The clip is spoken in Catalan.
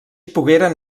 pogueren